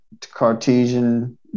Cartesian